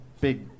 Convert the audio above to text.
big